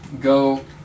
go